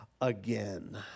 again